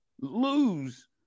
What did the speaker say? lose